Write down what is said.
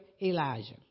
elijah